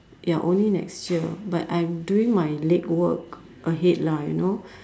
ya only next year but I'm doing my late work ahead lah you know